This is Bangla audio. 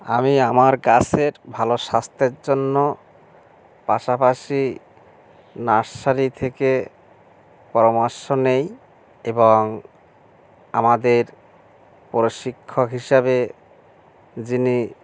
আমি আমার গাছের ভালো স্বাস্থের জন্য পাশাপাশি নার্সারি থেকে পরামর্শ নিই এবং আমাদের প্রশিক্ষক হিসাবে যিনি